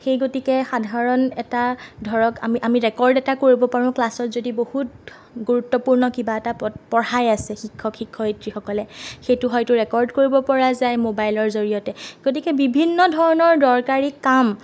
সেই গতিকে সাধাৰণ এটা ধৰক আমি আমি ৰেকৰ্ড এটা কৰিব পাৰোঁ ক্লাছত যদি বহুত গুৰুত্বপূৰ্ণ কিবা এটা পত পঢ়াই আছে শিক্ষক শিক্ষয়িত্ৰীসকলে সেইটো হয়তো ৰেকৰ্ড কৰিব পৰা যায় মোবাইলৰ জড়িয়তে গতিকে বিভিন্ন ধৰণৰ দৰকাৰী কাম